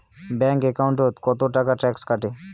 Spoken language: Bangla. ব্যাংক একাউন্টত কতো টাকা ট্যাক্স কাটে?